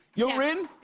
you're in?